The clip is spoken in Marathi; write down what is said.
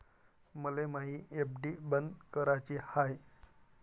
मले मायी एफ.डी बंद कराची हाय